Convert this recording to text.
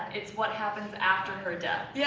it's what happens after her death yeah